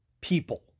people